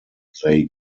they